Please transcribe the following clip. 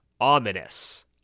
Ominous